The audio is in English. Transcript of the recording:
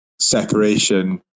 separation